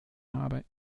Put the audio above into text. habe